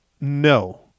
No